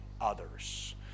others